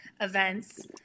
events